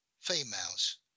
females